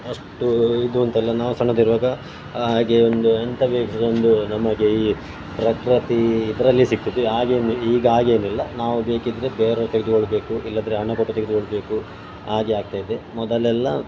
ಅಷ್ಟು ಇದು ಅಂತಲ್ಲ ನಾವು ಸಣ್ಣದಿರುವಾಗ ಹಾಗೆ ಒಂದು ಎಂಥ ಬೇಕು ಸಹ ಒಂದು ನಮಗೆ ಈ ಪ್ರಕೃತಿ ಇದರಲ್ಲಿ ಸಿಕ್ತಿತ್ತು ಹಾಗೆ ಈಗ ಹಾಗೇನಿಲ್ಲ ನಾವು ಬೇಕಿದ್ದರೆ ಬೇರೆ ತೆಗೆದುಕೊಳ್ಬೇಕು ಇಲ್ಲಂದ್ರೆ ಹಣಕೊಟ್ಟು ತೆಗೆದುಕೊಳ್ಬೇಕು ಹಾಗೆ ಆಗ್ತಾ ಇದೆ ಮೊದಲೆಲ್ಲ